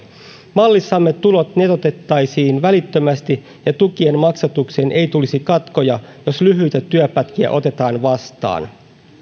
mallissamme tulot netotettaisiin välittömästi ja tukien maksatuksiin ei tulisi katkoja jos lyhyitä työpätkiä otetaan vastaan